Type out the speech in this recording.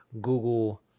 Google